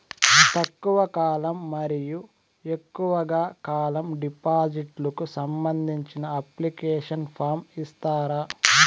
తక్కువ కాలం మరియు ఎక్కువగా కాలం డిపాజిట్లు కు సంబంధించిన అప్లికేషన్ ఫార్మ్ ఇస్తారా?